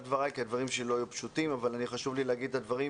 דבריי כי הדברים שלי לא יהיו פשוטים אבל חשוב לי לומר אותם.